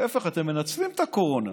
להפך, אתם מנצלים את הקורונה